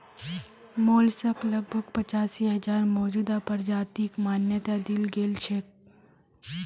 mollusc लगभग पचासी हजार मौजूदा प्रजातिक मान्यता दील गेल छेक